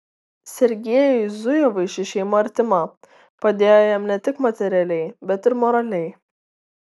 sergiejui zujevui ši šeima artima padėjo jam ne tik materialiai bet ir moraliai